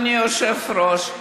אדוני היושב-ראש,